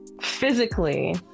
physically